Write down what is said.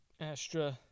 Astra